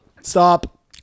Stop